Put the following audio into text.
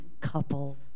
couple